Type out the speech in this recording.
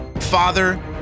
father